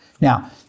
Now